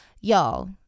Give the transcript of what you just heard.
Y'all